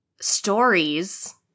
stories